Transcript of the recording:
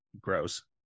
Gross